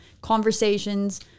conversations